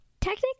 Technically